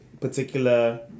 particular